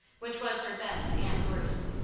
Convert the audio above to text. which was her best and worst.